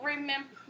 Remember